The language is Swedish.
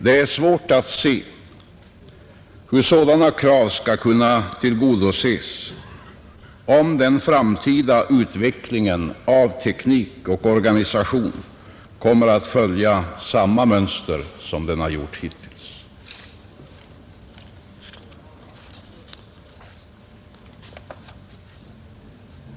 Det är svårt att se hur sådana krav skall kunna tillgodoses, om den framtida utvecklingen av teknik och organisation kommer att följa samma mönster som hittills.